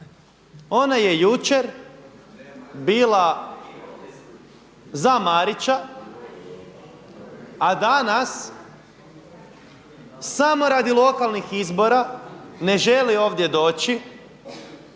Ona je jučer bila za Marića a danas samo radi lokalnih izbora ne želi ovdje doći